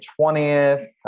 20th